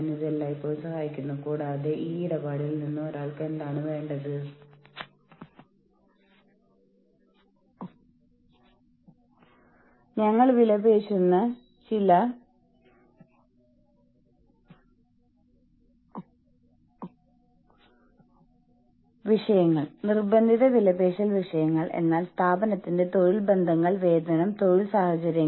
അവർക്ക് മുകളിലുള്ള സ്ഥാനം തുറക്കുമ്പോൾ ഇവരിൽ ഒരാളായ ഏറ്റവും അർഹതയുള്ള സ്ഥാനാർത്ഥിക്ക് സ്ഥാനക്കയറ്റം നൽകുകയും ആ ഉന്നതസ്ഥാനത്ത് ഇടുകയും ചെയ്യുന്നു